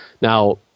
Now